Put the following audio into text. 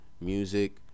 music